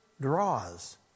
draws